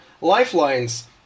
lifelines